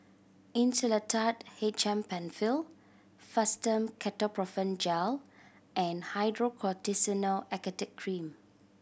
Insulatard H M Penfill Fastum Ketoprofen Gel and Hydrocortisone Acetate Cream